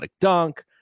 dunk